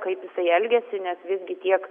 kaip jisai elgiasi nes visgi tiek